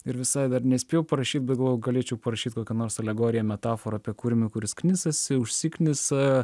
ir visai dar nespėjau parašyt bet galvojau galėčiau parašyt kokią nors alegoriją metaforą apie kurmį kuris knisasi užsiknisa